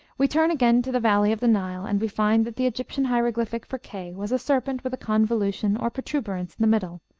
we turn again to the valley of the nile, and we find that the egyptian hieroglyphic for k was a serpent with a convolution or protuberance in the middle,